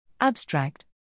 Abstract